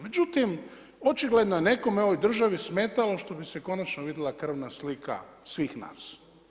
Međutim, očigledno je nekome u ovoj državi smetalo što bi se konačno vidjela krvna slika svih nas.